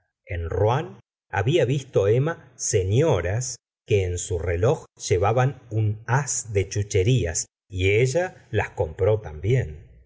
en rouen había visto emma señoras que en su reloj llevaban un haz de chucherías y ella las compró también